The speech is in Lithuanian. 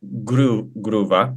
griu griūva